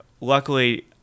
Luckily